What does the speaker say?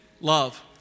love